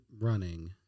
running